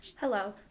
Hello